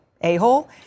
a-hole